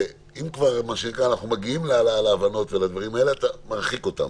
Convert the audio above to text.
שאם כבר אנחנו מגיעים להבנות, אתה מרחיק אותנו.